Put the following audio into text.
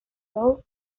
role